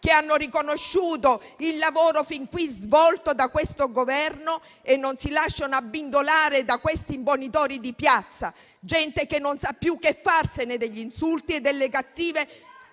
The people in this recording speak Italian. che hanno riconosciuto il lavoro fin qui svolto da questo Governo e che non si lasciano abbindolare da questi imbonitori di piazza, gente che non sa più che farsene degli insulti e delle cattiverie